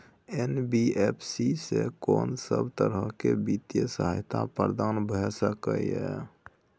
NBFC स कोन सब तरह के वित्तीय सहायता प्रदान भ सके इ? इ